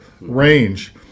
range